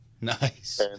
Nice